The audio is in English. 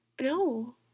No